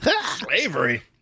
slavery